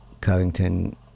Covington